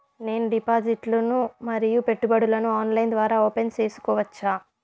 నేను డిపాజిట్లు ను మరియు పెట్టుబడులను ఆన్లైన్ ద్వారా ఓపెన్ సేసుకోవచ్చా?